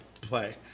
Play